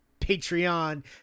Patreon